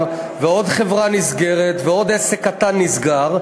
ועוד חברה נסגרת ועוד עסק קטן נסגר,